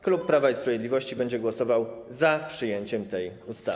Klub Prawa i Sprawiedliwości będzie głosował za przyjęciem tej ustawy.